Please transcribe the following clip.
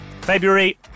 february